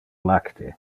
lacte